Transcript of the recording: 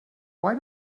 why